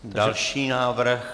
Další návrh.